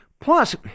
Plus